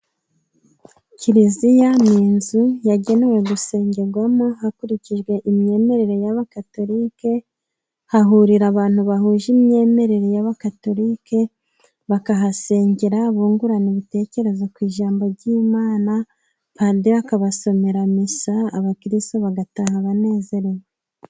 Kiliziya ni inzu yagenewe gusengerwamo, hakurikijwe imyemerere y'abakatolike, hahurira abantu bahuje imyemerere y'abakatolike, bakahasengera bunguranrana ibitekerezo ku ijambo ry'Imana, padiri akabasomera misa abakirisitu bagataha banezerewe.